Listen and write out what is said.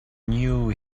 knew